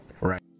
right